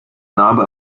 narbe